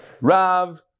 Rav